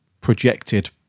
projected